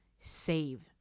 save